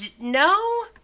no